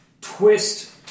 twist